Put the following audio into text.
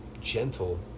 gentle